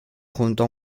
junto